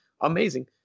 amazing